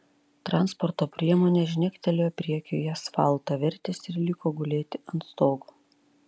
transporto priemonė žnektelėjo priekiu į asfaltą vertėsi ir liko gulėti ant stogo